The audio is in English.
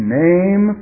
name